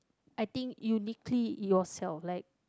I think uniquely yourself like